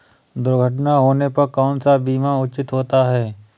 दुर्घटना होने पर कौन सा बीमा उचित होता है?